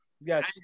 yes